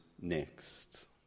next